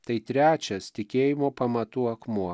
tai trečias tikėjimo pamatų akmuo